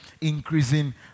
increasing